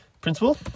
Principal